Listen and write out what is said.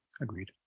agreed